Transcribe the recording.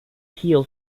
heal